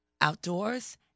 outdoors